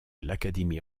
l’académie